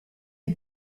est